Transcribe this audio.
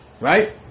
Right